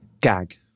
Gag